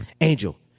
Angel